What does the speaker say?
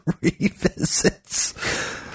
revisits